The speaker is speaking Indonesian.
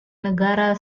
negara